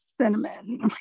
cinnamon